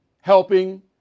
helping